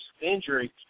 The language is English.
injury